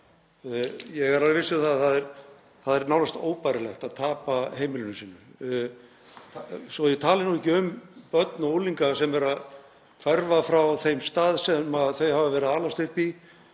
Ég er alveg viss um að það er nánast óbærilegt að tapa heimilinu sínu, svo að ég tali nú ekki um börn og unglinga sem eru að hverfa frá þeim stað sem þau hafa verið að alast upp á,